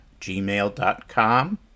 gmail.com